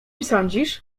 sądzisz